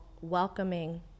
welcoming